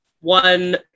one